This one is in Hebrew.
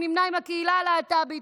שנמנה עם הקהילה הלהט"בית,